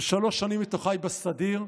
שלוש שנים מתוך חיי הייתי בסדיר,